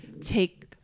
take